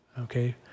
Okay